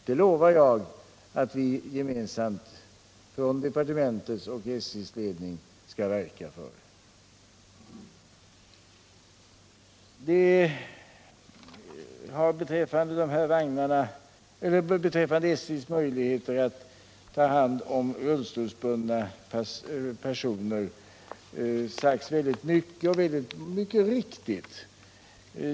Det lovar jag att vi från departementet och från SJ:s ledning gemensamt skall verka för. Det har beträffande SJ:s möjligheter att ta hand om rullstolsbundna personer sagts väldigt mycket, och mycket är riktigt.